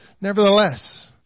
Nevertheless